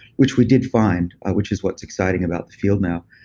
which we did find, which is what's exciting about the field now.